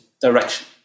direction